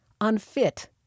unfit